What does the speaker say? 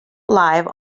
live